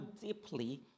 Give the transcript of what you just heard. deeply